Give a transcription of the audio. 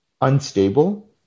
unstable